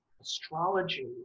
astrology